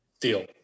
Deal